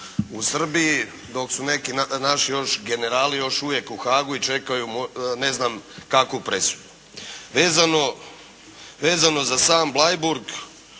u Srbiji, dok su neki naši još generali još uvijek u Haagu i čekaju ne znam kakvu presudu. Vezano za sam Bleiburg,